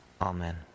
Amen